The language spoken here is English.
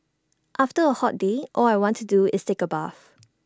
after A hot day all I want to do is take A bath